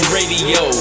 Radio